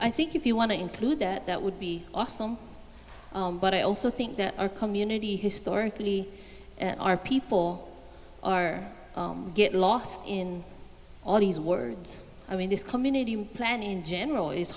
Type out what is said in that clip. i think if you want to include that that would be awesome but i also think that our community historically our people are get lost in all these words i mean this community plan in general is